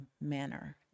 manner